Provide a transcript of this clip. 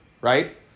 right